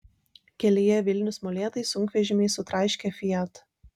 kelyje vilnius molėtai sunkvežimiai sutraiškė fiat